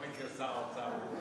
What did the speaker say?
בכל מקרה שר האוצר הוא,